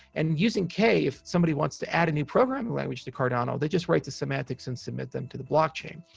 and using k, if somebody wants to add a new programming language to cardano, they just write the semantics and submit them to the blockchain.